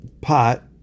pot